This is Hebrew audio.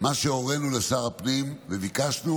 מה שהורינו לשר הפנים וביקשנו: